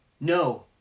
No